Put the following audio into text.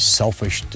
selfish